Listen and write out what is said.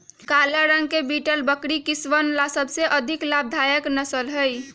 काला रंग के बीटल बकरी किसनवन ला सबसे अधिक लाभदायक नस्ल हई